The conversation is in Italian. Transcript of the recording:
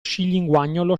scilinguagnolo